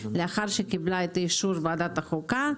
לאחר שקיבלה את האישור של ועדת החוקה,